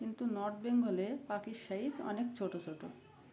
কিন্তু নর্থ বেঙ্গলে পাখির সাইজ অনেক ছোটো ছোটো